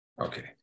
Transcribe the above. Okay